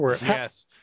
Yes